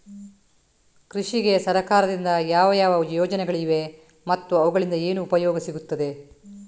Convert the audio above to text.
ಕೃಷಿಗೆ ಸರಕಾರದಿಂದ ಯಾವ ಯಾವ ಯೋಜನೆಗಳು ಇವೆ ಮತ್ತು ಅವುಗಳಿಂದ ಏನು ಉಪಯೋಗ ಸಿಗುತ್ತದೆ?